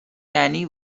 یعنی